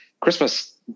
Christmas